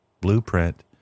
blueprint